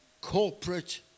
corporate